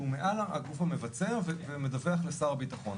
שהוא מעל הגוף המבצע והוא מדווח לשר הביטחון.